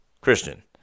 Christian